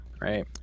right